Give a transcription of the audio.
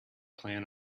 plan